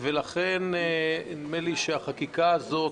ולכן נדמה לי שהחקיקה הזאת,